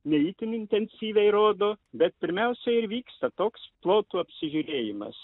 ne itin intensyviai rodo bet pirmiausia ir vyksta toks plotų apsižiūrėjimas